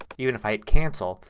even if i hit cancel,